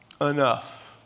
enough